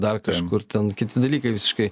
dar kažkur ten kiti dalykai visiškai